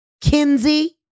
Kinsey